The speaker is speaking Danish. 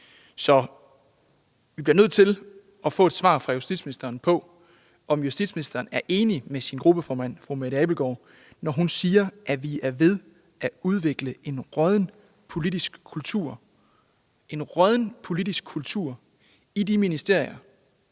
Så vi bliver nødt til at få et svar fra justitsministeren på, om justitsministeren er enig med sin gruppeformand, fru Mette Abildgaard, når hun siger, at vi er ved at udvikle en rådden politisk kultur – en rådden politisk kultur i det ministerium,